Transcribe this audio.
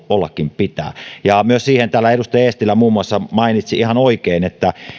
ollakin pitää myös siitä täällä muun muassa edustaja eestilä mainitsi ihan oikein että